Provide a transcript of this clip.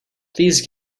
please